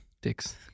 Dicks